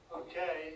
okay